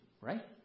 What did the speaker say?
right